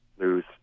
lose